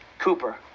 Cooper